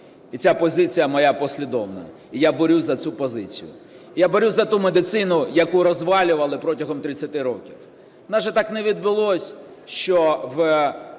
І ця позиція моя послідовна, і я борюся за цю позицію. Я борюся за ту медицину, яку розвалювали протягом 30 років. У нас так не відбулося, що у